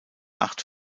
acht